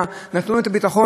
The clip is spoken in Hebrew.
זה מחמיר את המצב שלהם.